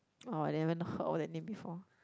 oh I never even heard of that name before